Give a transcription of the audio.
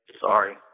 Sorry